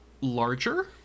larger